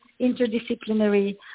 interdisciplinary